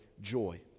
joy